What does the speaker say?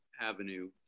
avenue